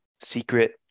secret